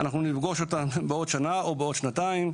אנחנו נפגוש אותם בעוד שנה או בעוד שנתיים.